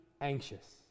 anxious